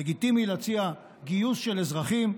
לגיטימי להציע גיוס של אזרחים.